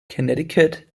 connecticut